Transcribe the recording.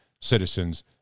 Citizens